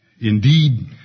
Indeed